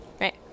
right